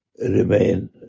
remain